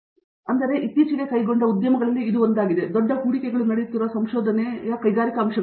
Satyanarayana N Gummadi ಆದ್ದರಿಂದ ಇತ್ತೀಚೆಗೆ ಕೈಗೊಂಡ ಉದ್ಯಮಗಳಲ್ಲಿ ಒಂದಾಗಿದೆ ದೊಡ್ಡ ಹೂಡಿಕೆಗಳು ನಡೆಯುತ್ತಿರುವ ಸಂಶೋಧನೆಯ ಕೈಗಾರಿಕಾ ಅಂಶಗಳು